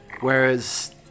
Whereas